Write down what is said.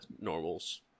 normals